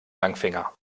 langfinger